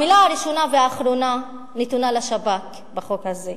המלה הראשונה והאחרונה נתונה לשב"כ בחוק הזה.